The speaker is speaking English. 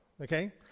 Okay